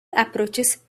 approaches